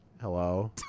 Hello